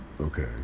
Okay